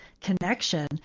connection